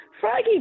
Froggy